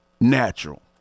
natural